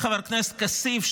חבר הכנסת כסיף,